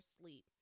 sleep